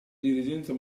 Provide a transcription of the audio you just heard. dirigenza